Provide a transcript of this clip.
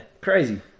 Crazy